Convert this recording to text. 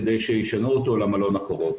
כדי שישנעו אותו למלון הקרוב.